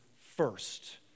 first